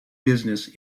business